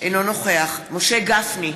אינו נוכח משה גפני,